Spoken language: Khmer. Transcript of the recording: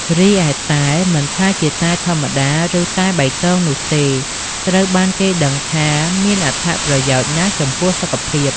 រីឯតែ មិនថាជាតែធម្មតា ឬតែបៃតងនោះទេ ត្រូវបានគេដឹងថាមានអត្ថប្រយោជន៍ណាស់់ចំពោះសុខភាព។